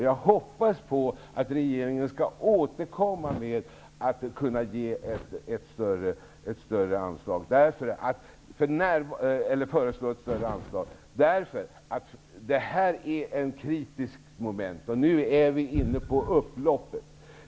Jag hoppas att regeringen skall återkomma med ett förslag om ett större anslag. Det här är ett kritiskt moment. Nu är vi inne på upploppet.